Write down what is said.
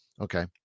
okay